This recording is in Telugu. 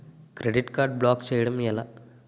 క్రెడిట్ కార్డ్ బ్లాక్ చేయడం ఎలా?